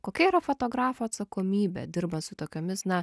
kokia yra fotografo atsakomybė dirbant su tokiomis na